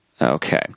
Okay